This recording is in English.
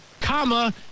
Comma